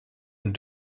een